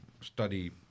study